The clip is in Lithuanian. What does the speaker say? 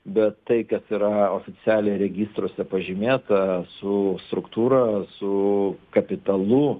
bet tai kas yra oficialiai registruose pažymėta su struktūra su kapitalu